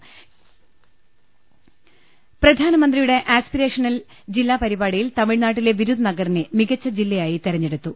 ലലലലലലലലലലലലല പ്രധാനമന്ത്രിയുടെ ആസ്പിരേഷണൽ ജില്ലാ പരിപാ ടിയിൽ തമിഴ്നാട്ടിലെ വിരുത്നഗറിനെ മികച്ച ജില്ലയായി തെരഞ്ഞെടുത്തു